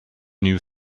new